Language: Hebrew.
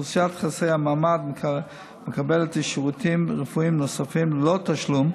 אוכלוסיית חסרי המעמד מקבלת שירותים רפואיים נוספים ללא תשלום,